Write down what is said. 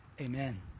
Amen